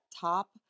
top